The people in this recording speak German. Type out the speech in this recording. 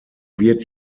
wird